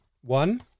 one